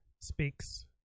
Speaks